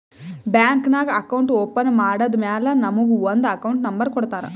bank ನಾಗ್ account open ಮಾಡದ್ದ್ ಮ್ಯಾಲ ನಮುಗ ಒಂದ್ ಅಕೌಂಟ್ ನಂಬರ್ ಕೊಡ್ತಾರ್